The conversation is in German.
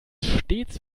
stets